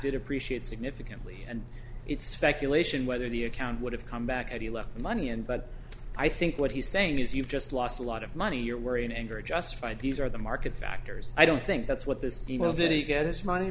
depreciate significantly and it's speculation whether the account would have come back had he left the money and but i think what he's saying is you've just lost a lot of money you're worried and very justified these are the market factors i don't think that's what this well did he get his money